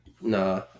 Nah